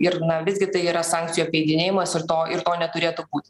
ir na visgi tai yra sankcijų apeidinėjimas ir to ir to neturėtų būti